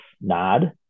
nod